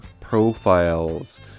profiles